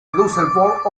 düsseldorf